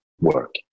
work